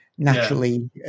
Naturally